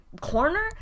corner